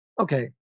Okay